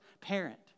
parent